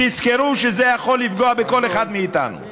תזכרו שזה יכול לפגוע בכל אחד מאיתנו,